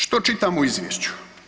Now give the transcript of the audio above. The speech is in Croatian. Što čitamo u izvješću?